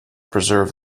preserve